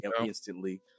instantly